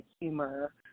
humor